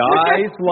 Guys